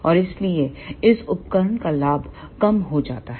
और इसलिए इस उपकरण का लाभ कम हो जाता है